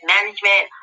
Management